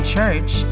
Church